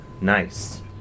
Nice